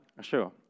Sure